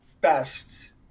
best